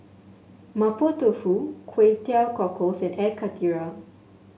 Mapo Tofu Kway Teow Cockles and Air Karthira